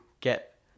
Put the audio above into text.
get